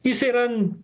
jis yra